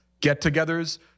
get-togethers